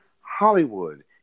Hollywood